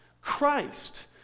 Christ